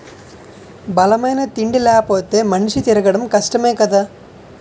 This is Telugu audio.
బలమైన తిండి లేపోతే మనిషి తిరగడం కష్టమే కదా